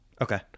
Okay